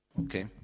Okay